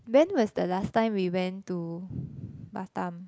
when was the last time we went to batam